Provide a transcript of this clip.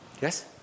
Yes